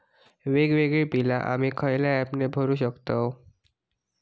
वेगवेगळी बिला आम्ही खयल्या ऍपने भरू शकताव?